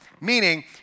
Meaning